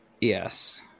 Yes